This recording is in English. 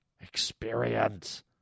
experience